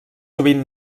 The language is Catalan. sovint